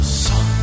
sun